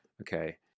Okay